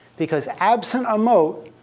because absent a moat,